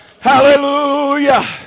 Hallelujah